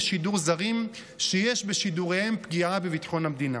שידור זרים שיש בשידוריהם פגיעה בביטחון המדינה.